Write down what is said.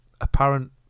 apparent